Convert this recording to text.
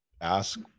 ask